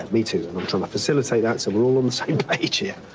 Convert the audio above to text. me too. i'm trying to facilitate that so we're all on the same page here.